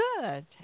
good